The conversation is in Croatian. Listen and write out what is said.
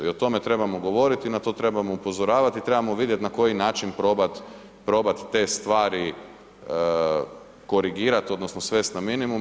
I o tome trebamo govoriti i na to trebamo upozoravati i trebamo vidjeti na koji način probat te stvari korigirati odnosno svesti na minimum.